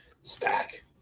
Stack